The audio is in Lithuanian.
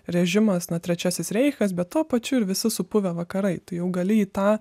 režimas na trečiasis reichas be tuo pačiu ir visi supuvę vakarai tai jau gali į tą